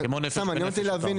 סתם מעניין אותי להבין,